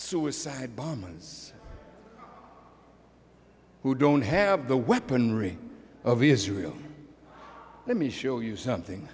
suicide bombers who don't have the weaponry of israel let me show you something